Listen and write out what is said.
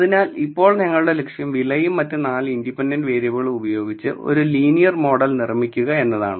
അതിനാൽ ഇപ്പോൾ ഞങ്ങളുടെ ലക്ഷ്യം വിലയും മറ്റ് 4 ഇൻഡിപെൻഡന്റ് വേരിയബിളുകളും ഉപയോഗിച്ച് ഒരു ലീനിയർ മോഡൽ നിർമ്മിക്കുക എന്നതാണ്